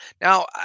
Now